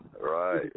Right